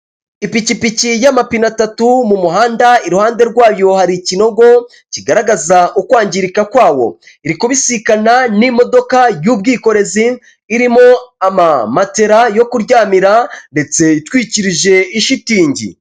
Ipikipiki y'amapine atatu mu muhanda iruhande rwayo hari ikinogo kigaragaza ukwangirika kwawo; iri kubisikana n'imodoka y'ubwikorezi irimo ama matera yo kuryamira ndetse itwikirije ishitingi.